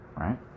right